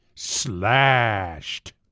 slashed